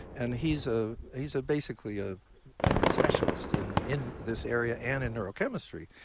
and he's ah he's ah basically a specialist in in this area and in neurochemistry.